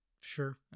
sure